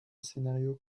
scénario